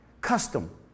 custom